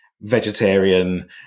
vegetarian